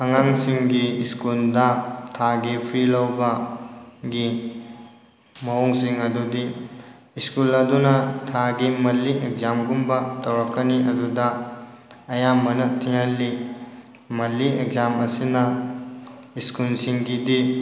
ꯑꯉꯥꯡꯁꯤꯡꯒꯤ ꯁ꯭ꯀꯨꯜꯗ ꯊꯥꯒꯤ ꯐꯤ ꯂꯧꯕ ꯒꯤ ꯃꯑꯣꯡꯁꯤꯡ ꯑꯗꯨꯗꯤ ꯁ꯭ꯀꯨꯜ ꯑꯗꯨꯅ ꯊꯥꯒꯤ ꯃꯜꯂꯤ ꯑꯦꯛꯖꯥꯝꯒꯨꯝꯕ ꯇꯧꯔꯛꯀꯅꯤ ꯑꯗꯨꯗ ꯑꯌꯥꯝꯕꯅ ꯊꯤꯍꯜꯂꯤ ꯃꯜꯂꯤ ꯑꯦꯛꯖꯥꯝ ꯑꯁꯤꯅ ꯁ꯭ꯀꯨꯜꯁꯤꯡꯒꯤꯗꯤ